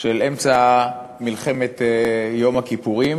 של אמצע מלחמת יום הכיפורים,